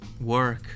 work